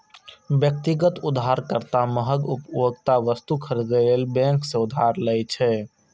व्यक्तिगत उधारकर्ता महग उपभोक्ता वस्तु खरीदै लेल बैंक सं उधार लै छै